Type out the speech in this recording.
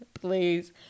Please